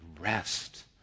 rest